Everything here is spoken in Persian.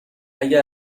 اگه